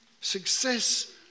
Success